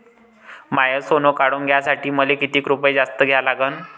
माय सोनं काढून घ्यासाठी मले कितीक रुपये जास्त द्या लागन?